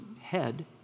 head